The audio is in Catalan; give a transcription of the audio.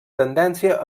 tendència